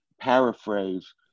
paraphrase